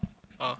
uh